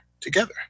together